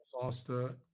faster